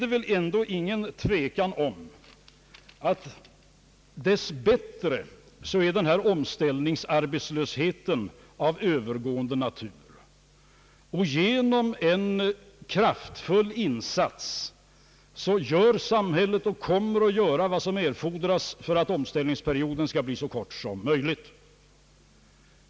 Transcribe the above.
Det råder väl ingen tvekan om att denna omställningsarbetslöshet dess bättre är av övergående natur. Genom en kraftfull insats gör samhället och kommer samhället att göra vad som erfordras för att omställningsperioden skall bli så kort som möjligt.